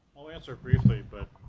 i'll answer briefly but,